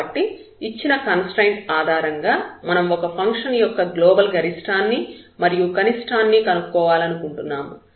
కాబట్టి ఇచ్చిన కన్స్ట్రయిన్ట్ ఆధారంగా మనం ఒక ఫంక్షన్ యొక్క గ్లోబల్ గరిష్ఠాన్ని మరియు కనిష్ఠాన్ని కనుక్కోవాలనుకుంటున్నాము